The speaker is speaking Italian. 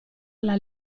alla